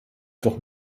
doch